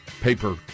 paper